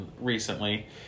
recently